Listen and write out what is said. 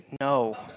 No